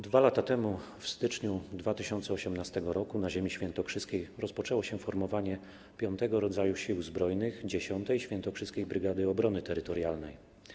2 lata temu, w styczniu 2018 r., na ziemi świętokrzyskiej rozpoczęło się formowanie piątego rodzaju Sił Zbrojnych - 10. Świętokrzyskiej Brygady Obrony Terytorialnej.